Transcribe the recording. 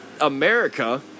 America